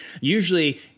usually